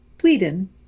sweden